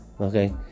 Okay